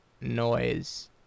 noise